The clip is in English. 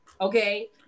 okay